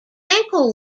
ankle